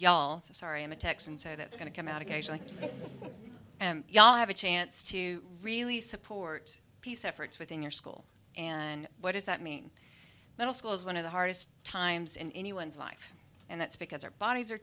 to sorry i'm a texan so that's going to come out occasionally and you all have a chance to really support peace efforts within your school and what does that mean middle school is one of the hardest times in anyone's life and that's because our bodies are